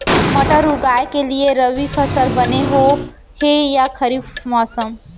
मटर उगाए के लिए रबि मौसम बने हे या खरीफ मौसम?